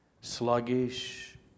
sluggish